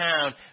town